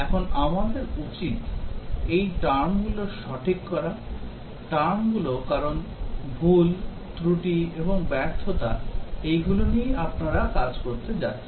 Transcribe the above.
এখন আমাদের উচিত এই টার্মগুলো সঠিক করা টার্মগুলো কারণ ভুল ত্রুটি এবং ব্যর্থতা এইগুলো নিয়েই আপনারা কাজ করতে যাচ্ছেন